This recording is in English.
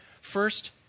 First